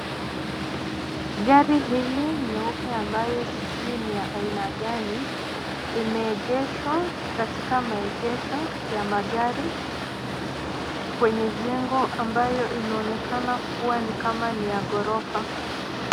Gari hili nyeupe ambayo sijui ni aina ya gani limeegeshwa katika maegesho ya magari kwenye jengo ambayo inaonekana kuwa ni kama ni ya gorofa.